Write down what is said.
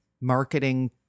marketing